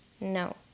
No